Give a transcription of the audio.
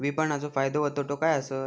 विपणाचो फायदो व तोटो काय आसत?